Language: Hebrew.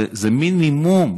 זה מינימום,